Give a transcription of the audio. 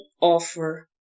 offer